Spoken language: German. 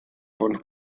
von